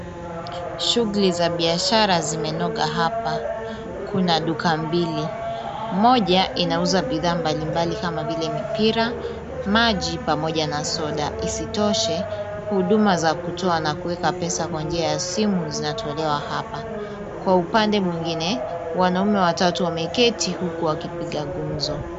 Shughuli za biashara zimenoga hapa. Kuna duka mbili. Moja inauza bidhaa mbalimbali kama vile mipira, maji pamoja na soda. Isitoshe, huduma za kutoa na kuweka pesa kwa njia ya simu zinatolewa hapa. Kwa upande mwingine, wanaume watatu wameketi huku wakipiga gumzo.